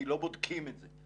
כי לא בודקים את זה.